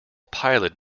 pilot